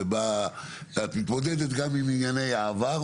ואת מתמודדת גם עם ענייני העבר,